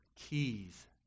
keys